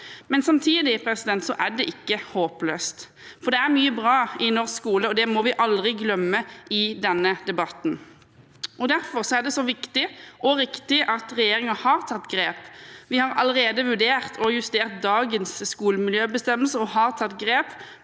ha. Samtidig er det ikke håpløst, for det er mye bra i norsk skole, og det må vi aldri glemme i denne debatten. Derfor er det så viktig og riktig at regjeringen har tatt grep. Vi har allerede vurdert og justert dagens skolemiljøbestemmelser og har tatt grep